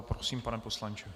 Prosím, pane poslanče.